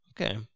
Okay